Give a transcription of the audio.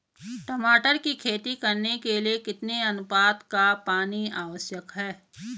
टमाटर की खेती करने के लिए कितने अनुपात का पानी आवश्यक है?